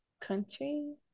country